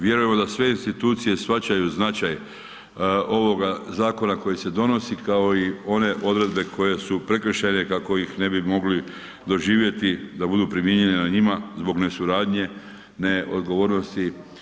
Vjerujemo da sve institucije shvaćaju značaj ovoga zakona koji se donosi kao i one odredbe koje su prekršajne kako ih ne bi mogli doživjeti da budu primijenjene na njima zbog nesuradnje, neodgovornosti.